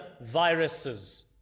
viruses